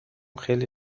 خیلی